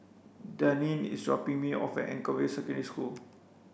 Daneen is dropping me off Anchorvale Secondary School